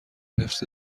حفظ